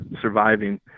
surviving